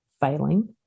failing